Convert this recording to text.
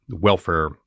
Welfare